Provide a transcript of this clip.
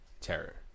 terror